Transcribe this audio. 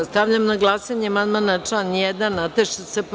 Stavljam na glasanje amandman na član 1. Nataše Sp.